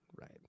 right